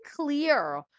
clear